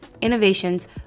innovations